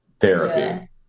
therapy